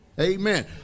Amen